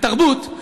בתרבות,